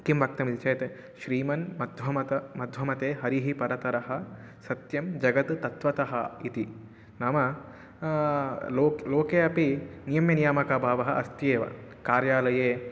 किं वक्तमिति चेत् श्रीमन् मध्वमते मध्वमते हरिः परतरः सत्यं जगत् तत्त्वतः इति नाम लोके लोके अपि नियम्यनियामकभावः अस्ति एव कार्यालये